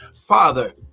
Father